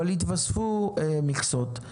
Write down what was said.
אבל התווספו מכסות.